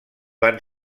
van